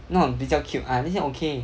那种比较 cute ah 那些 okay